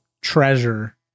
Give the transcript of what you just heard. treasure